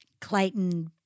Clayton